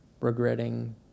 regretting